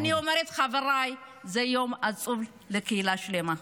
אני אומרת, חבריי: זה יום עצוב לקהילה שלמה.